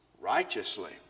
righteously